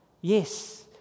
Yes